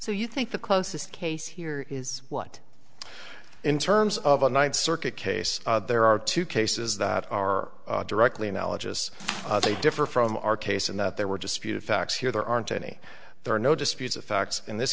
so you think the closest case here is what in terms of a ninth circuit case there are two cases that are directly analogous they differ from our case in that there were disputed facts here there aren't any there are no disputes of facts in this